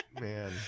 man